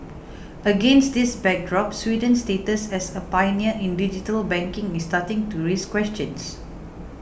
against this backdrop Sweden's status as a pioneer in digital banking is starting to raise questions